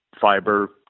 fiber